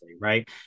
Right